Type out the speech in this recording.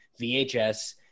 VHS